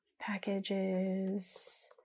packages